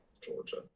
Georgia